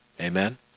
amen